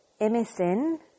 MSN